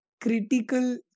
critical